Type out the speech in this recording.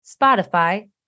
Spotify